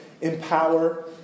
empower